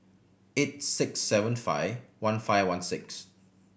eight six seven five one five one six